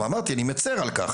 אמרתי, אני מצר על כך.